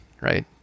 right